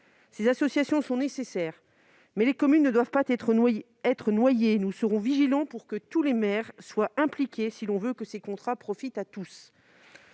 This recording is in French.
telles associations sont nécessaires, les communes ne doivent pas être noyées. Nous veillerons à ce que tous les maires soient impliqués, afin que ces contrats profitent à tous.